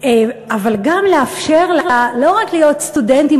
אבל גם לאפשר להם לא רק להיות סטודנטים,